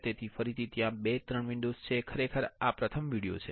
તેથી ફરીથી ત્યાં 2 3 વિડિઓઝ છે ખરેખર આ પ્રથમ વિડિઓ છે